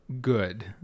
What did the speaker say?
good